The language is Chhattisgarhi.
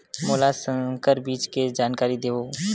मोला संकर बीज के जानकारी देवो?